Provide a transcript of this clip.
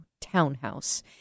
townhouse